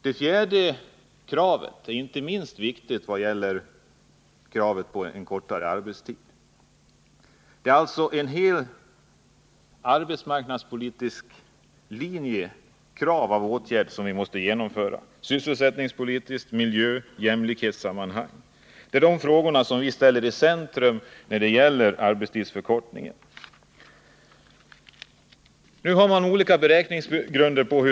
Det fjärde skälet som jag nyss redovisade är inte minst viktigt när det gäller kravet på kortare arbetstid. Det är fråga om en helt annan arbetsmarknadspolitisk linje, vilket kräver att en rad åtgärder genomförs inom det sysselsättningspolitiska området liksom inom arbetsmiljöoch jämställdhetsområdet. Det är sådana frågor vi ställer i centrum när det gäller arbetstidsförkortningen. När det gäller frågan om vilka konsekvenser en arbetstidsförkortning skulle få har olika beräkningsgrunder använts.